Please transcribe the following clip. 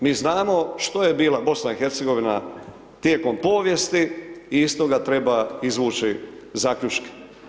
Mi znamo što je bila BiH tijekom povijesti i iz toga treba izvući zaključke.